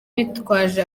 bitwaje